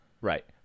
Right